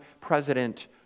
president